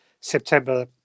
September